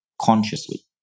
consciously